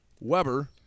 Weber